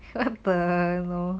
what the